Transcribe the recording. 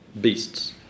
beasts